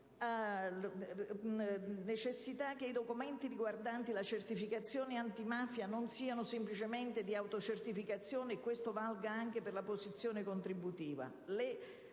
assicurare che i documenti riguardanti la certificazione antimafia non siano semplicemente di autocertificazione, e che ciò valga anche per la posizione contributiva;